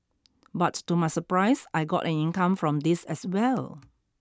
but to my surprise I got an income from this as well